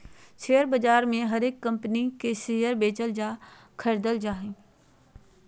share बाजार मे हरेक कम्पनी के शेयर बेचल या खरीदल जा हय